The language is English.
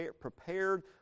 prepared